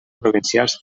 provincials